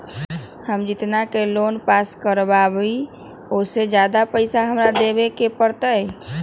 हम जितना के लोन पास कर बाबई ओ से ज्यादा पैसा हमरा देवे के पड़तई?